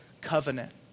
covenant